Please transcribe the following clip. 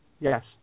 yes